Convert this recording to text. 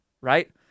right